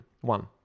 One